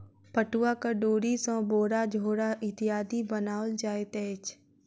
पटुआक डोरी सॅ बोरा झोरा इत्यादि बनाओल जाइत अछि